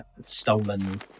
stolen